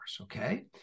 okay